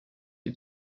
die